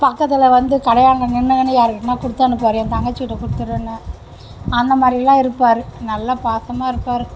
பக்கத்தில் வந்து கடையாண்ட நின்று யாருகிட்டனா கொடுத்தனுப்புவாரு என் தங்கச்சி கிட்ட கொடுத்துருன்னு அந்தமாதிரிலாம் இருப்பார் நல்ல பாசமாயிருப்பாரு